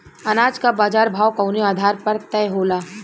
अनाज क बाजार भाव कवने आधार पर तय होला?